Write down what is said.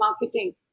marketing